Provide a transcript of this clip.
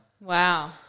Wow